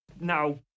Now